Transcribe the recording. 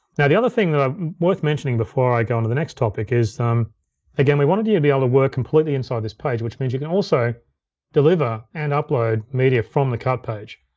now the other thing worth mentioning before i go on to the next topic is again, we wanted you to be able to work completely inside this page which means you can also deliver and upload media from the cut page.